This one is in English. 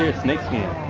ah snake skin